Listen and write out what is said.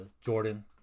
Jordan